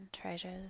treasures